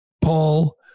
Paul